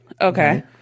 Okay